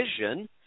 vision